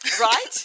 Right